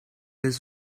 his